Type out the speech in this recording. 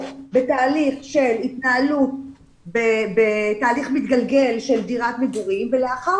בתהליך של התנהלות בתהליך מתגלגל של דירת מגורים ולאחר